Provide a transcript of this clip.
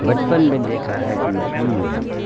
बचपन में देखा है कि मछली जो है